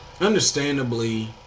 Understandably